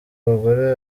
bagore